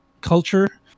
culture